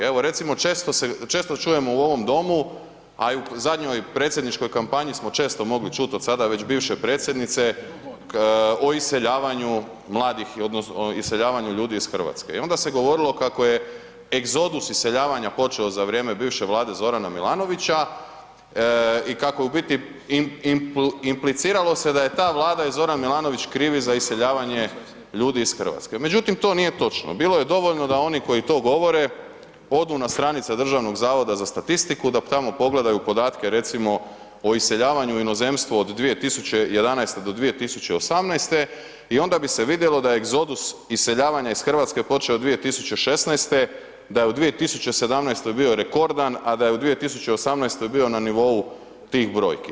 Evo recimo često se, često čujemo u ovom domu, a i u zadnjoj predsjedničkoj kampanji smo često mogli čut od sada već bivše predsjednice o iseljavanju mladih odnosno iseljavanju ljudi iz RH i onda se govorilo kako je egzodus iseljavanja počeo za vrijeme bivše Vlade Zorana Milanovića i kako je u biti, impliciralo se da je ta Vlada i Zoran Milanović krivi za iseljavanje ljudi iz RH, međutim to nije točno, bilo je dovoljno da oni koji to govore odu na stranice Državnog zavoda za statistiku da tamo pogledaju podatke recimo o iseljavanju u inozemstvu od 2011. do 2018. i onda bi se vidjelo da je egzodus iseljavanje iz Hrvatske počeo 2016., da je u 2017. bio rekordan, a da je u 2018. bio na nivou tih brojki.